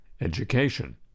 education